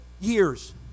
years